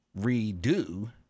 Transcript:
redo